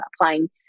applying